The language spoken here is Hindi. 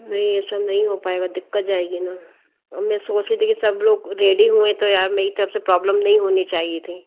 नहीं ऐसा नहीं हो पाएगा दिक्कत जाएगी ना अब मैं सोच रही थी सब लोग रेडी हुए तो यार मेरी तरफ़ से प्रॉब्लम नहीं होनी चाहिए थी